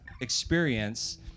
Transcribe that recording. experience